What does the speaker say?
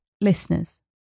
listeners